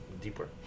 deeper